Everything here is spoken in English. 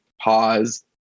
pause